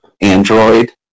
android